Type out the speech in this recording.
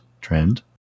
trend